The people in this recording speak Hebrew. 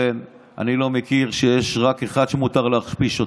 אני לא מכיר בזה שיש רק אחד שמותר להכפיש אותו.